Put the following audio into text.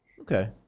Okay